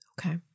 Okay